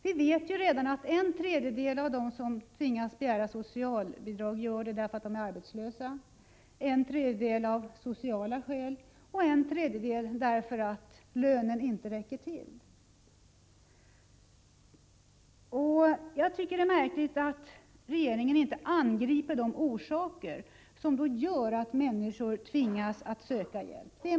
Vi vet redan att en tredjedel av dem som tvingas begära socialbidrag gör det för att de är arbetslösa, en tredjedel gör det av sociala skäl och en tredjedel därför att lönen inte räcker till. Det är märkligt att regeringen inte angriper orsakerna till att människor tvingas söka hjälp.